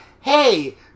hey